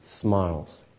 smiles